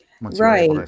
Right